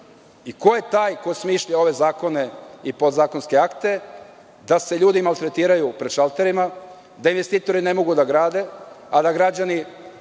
i ko je taj koji smišlja ovakve zakone i podzakonske akte, da se ljudi maltretiraju pred šalterima, da investitori ne mogu da grade, a da građani